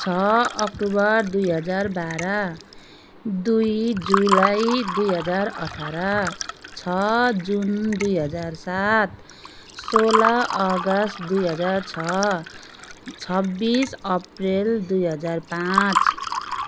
छ अक्टोबर दुई हजार बाह्र दुई जुलाई दुई हजार अठार छ जुन दुई हजार सात सोह्र अगस्ट दुई हजार छ छब्बिस अप्रेल दुई हजार पाँच